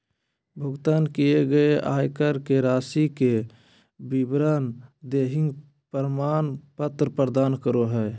भुगतान किए गए आयकर के राशि के विवरण देहइ प्रमाण पत्र प्रदान करो हइ